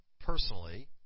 personally